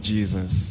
Jesus